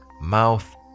mouth